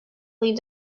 lead